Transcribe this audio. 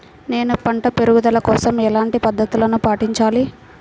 నేను పంట పెరుగుదల కోసం ఎలాంటి పద్దతులను పాటించాలి?